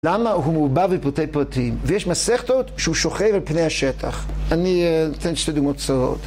למה הוא בא בפרטי פרטים? ויש מסכתות שהוא שוכב על פני השטח. אני אתן שתי דוגמאות קצרות